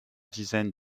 dizaines